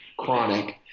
chronic